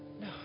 No